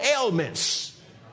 ailments